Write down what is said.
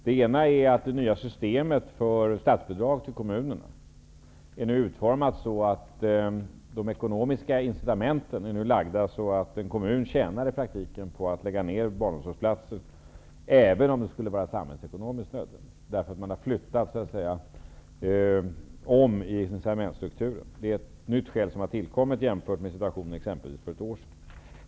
Det ena är att det nya systemet för statsbidrag till kommunerna är utformat så att de ekonomiska incitamenten är lagda så att en kommun i praktiken tjänar på att lägga ned barnomsorgsplatser, även om de skulle vara samhällsekonomiskt nödvändiga. Man har alltså flyttat om incitamentsstrukturen. Det är ett nytt skäl som har tillkommit, som inte var aktuellt exempelvis för ett år sedan.